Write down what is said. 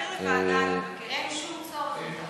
אפשר להסתפק, לא, יש צורך,